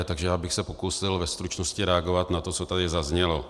Takže bych se pokusil ve stručnosti reagovat na to, co tady zaznělo.